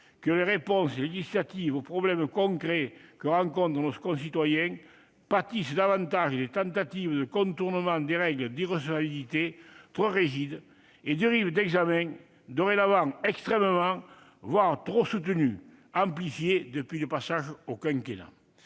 que les réponses législatives aux problèmes concrets que rencontrent nos concitoyens pâtissent davantage des tentatives de contournement de règles d'irrecevabilité trop rigides et du rythme d'examen dorénavant extrêmement, voire trop, soutenu, amplifié depuis le passage au quinquennat.